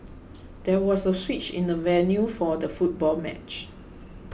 there was a switch in the venue for the football match